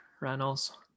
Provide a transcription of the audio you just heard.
reynolds